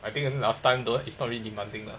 I think the last time then is not really demanding lah